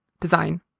design